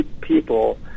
people